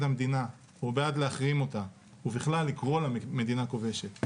המדינה או בעד להחרים אותה או בכלל לקרוא לה מדינה כובשת.